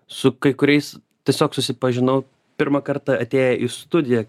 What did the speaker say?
su kai kuriais tiesiog susipažinau pirmą kartą atėję į studiją